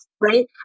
right